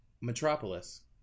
Metropolis